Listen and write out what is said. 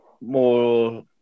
more